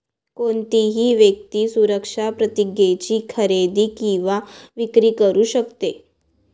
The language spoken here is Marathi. कोणतीही व्यक्ती सुरक्षा प्रतिज्ञेची खरेदी किंवा विक्री करू शकते